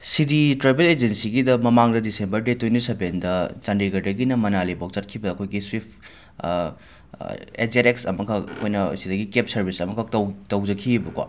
ꯁꯤ D travel ꯑꯦꯖꯦꯟꯁꯤꯒꯤꯗ ꯃꯃꯥꯡꯗ ꯗꯤꯁꯦꯝꯕꯔ ꯗꯦꯠ ꯇꯣꯏꯟꯇꯤ ꯁꯕꯦꯟꯗ ꯆꯥꯟꯗꯤꯒꯔꯗꯒꯤꯅ ꯃꯅꯥꯂꯤꯐꯧ ꯆꯠꯈꯤꯕꯗ ꯑꯩꯈꯣꯏꯒꯤ ꯁ꯭ꯋꯤꯐ ꯑꯦꯠ ꯖꯦꯠ ꯑꯦꯛꯁ ꯑꯃꯈꯛ ꯑꯩꯈꯣꯏꯅ ꯑꯁꯤꯗꯒꯤ ꯀꯦꯞ ꯁꯔꯕꯤꯁ ꯑꯃꯈꯛ ꯇꯧ ꯇꯧꯖꯈꯤꯕꯀꯣ